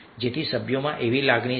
જેથી સભ્યોમાં એવી લાગણી છે